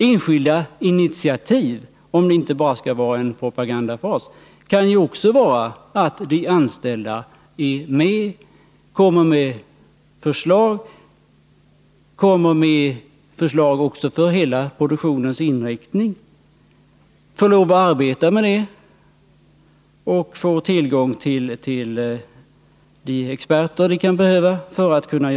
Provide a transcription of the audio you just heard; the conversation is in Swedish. Enskilda initiativ — om det inte bara skall vara en propagandafras — kan ju också innebära att de anställda är med, kommer med förslag, också för hela produktionens inriktning, får lov att arbeta med detta och får tillgång till de experter de kan behöva.